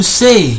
say